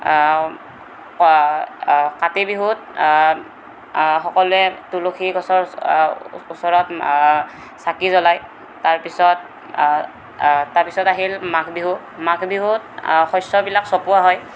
কাতি বিহুত সকলোৱে তুলসী গছৰ ওচৰত চাকি জ্বলাই তাৰপিছত তাৰপিছত আহিল মাঘ বিহু মাঘ বিহুত শস্য়বিলাক চপোৱা হয়